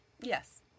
Yes